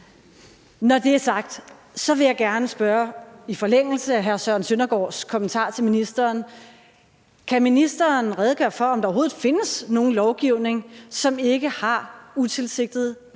Når det er sagt, vil jeg gerne i forlængelse af hr. Søren Søndergaards kommentar til ministeren spørge, om ministeren kan redegøre for, om der overhovedet findes nogen lovgivning, som ikke har utilsigtede virkninger.